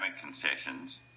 concessions